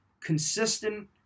consistent